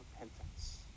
repentance